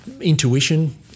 intuition